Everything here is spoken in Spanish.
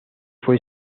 fue